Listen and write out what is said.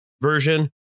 version